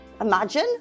Imagine